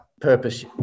purpose